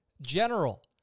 general